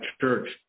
Church